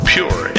Pure